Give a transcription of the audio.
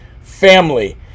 family